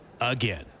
again